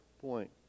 point